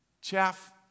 Chaff